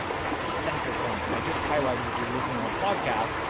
that center point. and i just highlighted, if you're listening on the podcast,